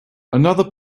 another